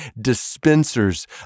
dispensers